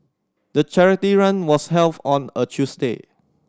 the charity run was held on a Tuesday